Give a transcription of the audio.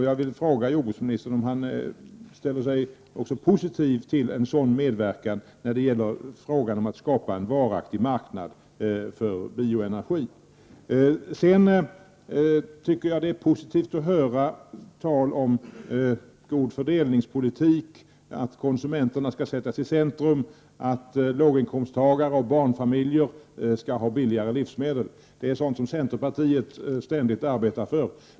Jag vill fråga jordbruksministern om han ställer sig positiv till att medverka till att skapa en varaktig marknad för bioenergi. Det var positivt att höra det som sades om god fördelningspolitik, att konsumenterna skall sättas i centrum och att låginkomsttagare och barnfamiljer skall ha billigare livsmedel. Det är sådant som centerpartiet ständigt arbetar för.